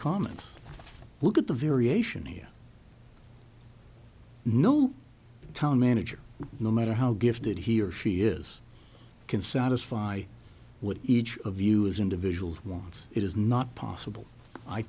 comments look at the variation here no town manager no matter how gifted he or she is can satisfy what each of you as individuals wants it is not possible i